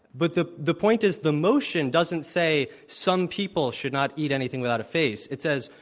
but the the point is the motion doesn't say, some people should not eat anything without a face. it says,